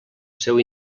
seu